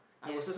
yes